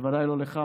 בוודאי לא לך,